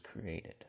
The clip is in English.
created